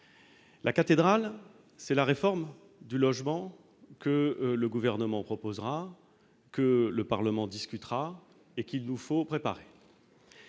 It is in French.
La cathédrale, c'est la réforme du logement que le Gouvernement proposera, que le Parlement discutera et qu'il nous faut préparer.